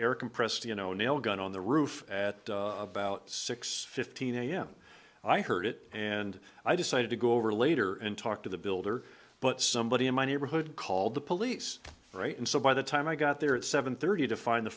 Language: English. air compressed you know nail gun on the roof at about six fifteen am i heard it and i decided to go over later and talk to the builder but somebody in my neighborhood called the police right and so by the time i got there at seven thirty to find the